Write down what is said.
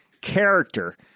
character